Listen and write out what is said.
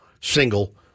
single